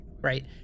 right